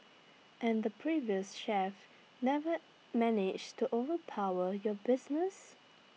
and the previous chef never managed to overpower your business